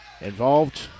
involved